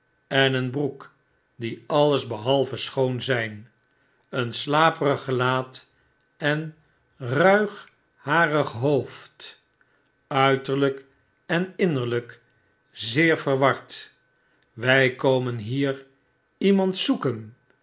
en broek die alles behalve schoon zgn een slaperig gelaat en ruigharig hoofd uiterlgk en innertgk zeer verward wjj komen hier iemand zoeken